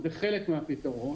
זה חלק מהפתרון,